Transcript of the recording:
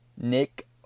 Nick